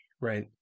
right